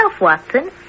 Watson